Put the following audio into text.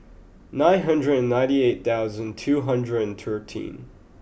nine hundred and ninety eight thousand two hundred and thirteen